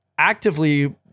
actively